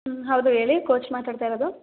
ಹ್ಞೂ ಹೌದು ಹೇಳಿ ಕೋಚ್ ಮಾತಾಡ್ತಾ ಇರೋದು